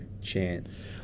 chance